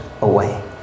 away